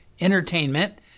entertainment